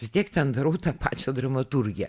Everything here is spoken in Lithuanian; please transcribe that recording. vis tiek ten darau tą pačią dramaturgiją